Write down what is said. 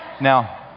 now